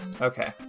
Okay